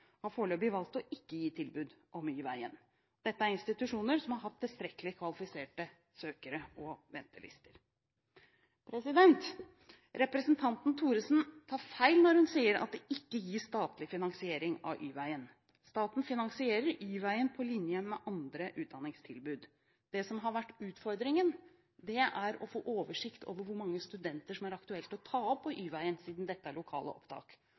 har foreløpig valgt ikke å gi tilbud om Y-veien. Dette er institusjoner som har hatt tilstrekkelig med kvalifiserte søkere og ventelister. Representanten Thorsen tar feil når hun sier at det ikke gis statlig finansiering av Y-veien. Staten finansierer Y-veien på linje med andre utdanningstilbud. Det som har vært utfordringen, er å få oversikt over hvor mange studenter som det er aktuelt å ta opp via Y-veien, siden dette er lokale opptak.